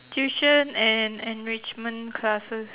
tuition and enrichment classes